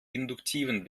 induktiven